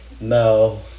No